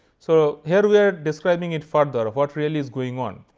so here we are describing it further, ah what really is going on.